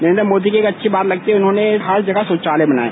नरेन्द्र मोदी की एक अच्छी बात लगती है कि उन्होंने हर जगह शौचालय बनाएं